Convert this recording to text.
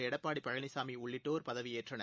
எடப்பாடிபழனிசாமிஉள்ளிட்டோர் பதவியேற்றனர்